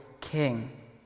king